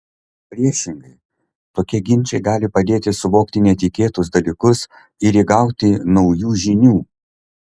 priešingai tokie ginčai gali padėti suvokti netikėtus dalykus ir įgauti naujų žinių